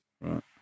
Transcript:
Right